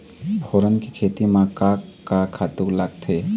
फोरन के खेती म का का खातू लागथे?